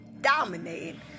Dominating